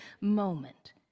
moment